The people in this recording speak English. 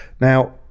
now